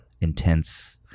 intense